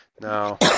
No